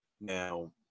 Now